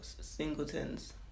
singletons